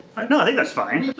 i think that's fine.